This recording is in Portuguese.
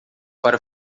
para